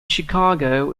chicago